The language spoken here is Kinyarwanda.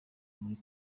muri